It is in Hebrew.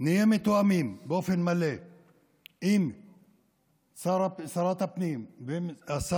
נהיה מתואמים באופן מלא עם שרת הפנים ושר